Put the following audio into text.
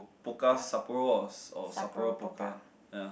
Pokka Sapporo or Sapporo Pokka ya